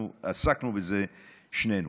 אנחנו שנינו